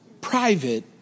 private